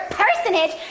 personage